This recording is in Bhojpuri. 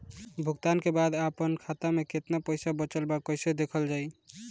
भुगतान के बाद आपन खाता में केतना पैसा बचल ब कइसे देखल जाइ?